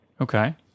okay